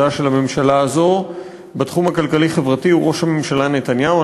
של הממשלה הזאת בתחום הכלכלי-חברתי הוא ראש הממשלה נתניהו.